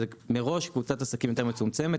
ומראש מדובר בקבוצת עסקים יותר מצומצמת.